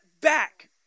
back